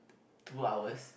two hours